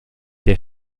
der